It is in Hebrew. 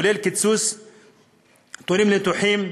כולל קיצור תורים לניתוחים,